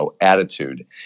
attitude